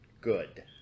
good